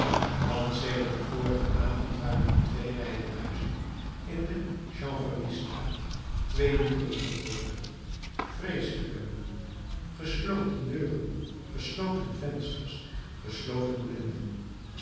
want sedert den vorigen avond waren de twee rijen huizen in de chanvreriestraat twee muren geworden vreeselijke muren gesloten deuren gesloten vensters gesloten blinden